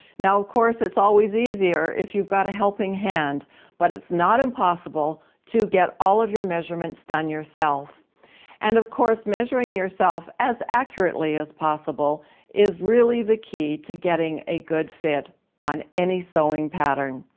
now of course it's always easier if you've got a helping hand but it's not impossible to get all of your measurements done yourself and of course measuring yourself as accurately as possible is really the key to getting a good fit on any sewing pattern.